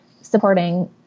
supporting